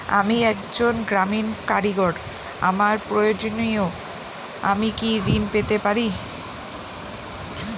আমি একজন গ্রামীণ কারিগর আমার প্রয়োজনৃ আমি কি ঋণ পেতে পারি?